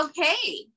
okay